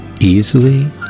easily